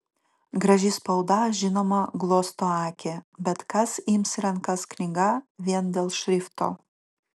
graži spauda žinoma glosto akį bet kas ims į rankas knygą vien dėl šrifto